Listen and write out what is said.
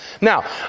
Now